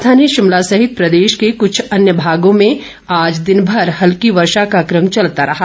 राजधानी शिमला सहित प्रदेश के कुछ अन्य भागों में आज दिनभर हल्की वर्षा का क्रम चलता रहा